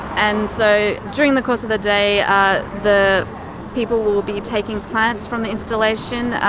and so during the course of the day ah the people will be taking plants from the installation,